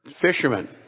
fishermen